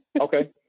Okay